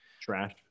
trash